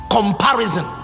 Comparison